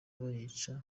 bayica